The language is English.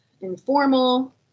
informal